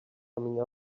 coming